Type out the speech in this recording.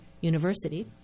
university